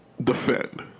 defend